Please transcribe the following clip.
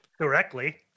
directly